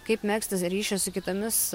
kaip megzti ryšį su kitomis